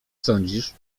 sądzisz